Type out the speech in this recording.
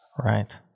Right